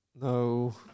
no